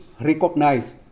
recognize